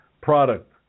product